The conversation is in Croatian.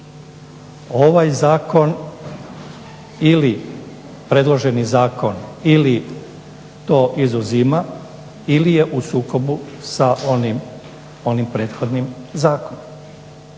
Ovaj zakon ili predloženi zakon ili to izuzima ili je u sukobu sa onim prethodnim zakonom.